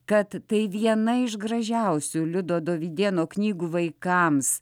kad tai viena iš gražiausių liudo dovydėno knygų vaikams